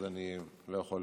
אז אני לא יכול